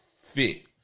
fit